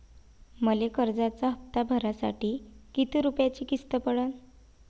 मले कर्जाचा हप्ता भरासाठी किती रूपयाची किस्त पडन?